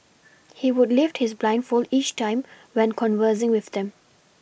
he would lift his blindfold each time when conversing with them